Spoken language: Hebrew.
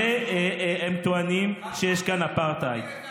והם טוענים שיש כאן אפרטהייד.